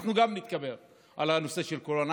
גם אנחנו נתגבר על הנושא של הקורונה,